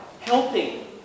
helping